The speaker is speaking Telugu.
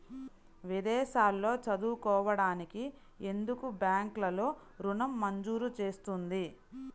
విదేశాల్లో చదువుకోవడానికి ఎందుకు బ్యాంక్లలో ఋణం మంజూరు చేస్తుంది?